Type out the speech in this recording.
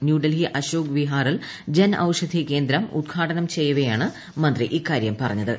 ന്യൂഡൽഹി അശോക് വിഹാറിൽ ജൻ ഔഷധി കേന്ദ്രം ഉദ്ഘാടനം ചെയ്യവെയാണ് മന്ത്രി ഇക്കാര്യം പറഞ്ഞത്